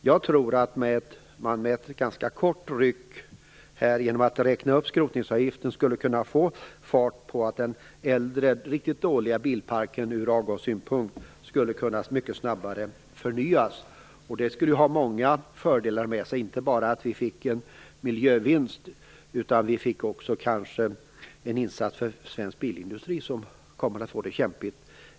Jag tror att man genom att räkna upp skrotningsavgiften, för att få bort den äldre och från avgassynpunkt riktigt dåliga bilparken, skulle kunna förnya bilparken mycket snabbare. Det skulle innebära många fördelar, inte bara en miljövinst. Det skulle innebära även en insats för svensk bilindustri, som kommer att få det kämpigt.